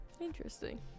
Interesting